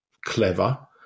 clever